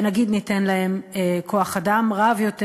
ונגיד ניתן להן כוח-אדם רב יותר,